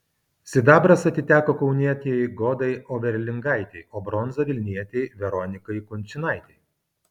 sidabras atiteko kaunietei godai overlingaitei o bronza vilnietei veronikai kunčinaitei